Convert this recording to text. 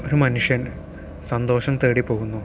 ഒരു മനുഷ്യൻ സന്തോഷം തേടി പോകുന്നു